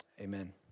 amen